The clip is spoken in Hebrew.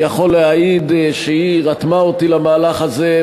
אני יכול להעיד שהיא רתמה אותי למהלך הזה,